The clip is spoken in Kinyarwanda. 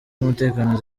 z’umutekano